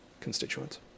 constituents